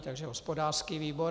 Takže hospodářský výbor.